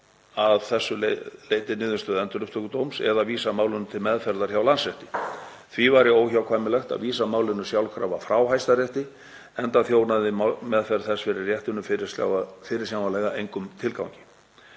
að þessu leyti niðurstöðu Endurupptökudóms eða vísa málinu til meðferðar hjá Landsrétti. Því væri óhjákvæmilegt að vísa málinu sjálfkrafa frá Hæstarétti enda þjónaði meðferð þess fyrir réttinum fyrirsjáanlega engum tilgangi.